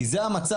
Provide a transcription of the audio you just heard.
כי זה המצב.